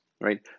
right